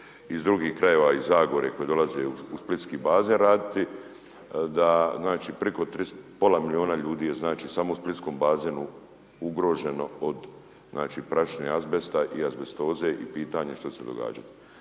iz drugih krajeva, iz Zagore koji dolaze u splitski bazen raditi da znači preko pola milijuna ljudi je znači samo u splitskom bazenu ugroženo od prašine azbesta i azbestoze i pitanje što će se događati.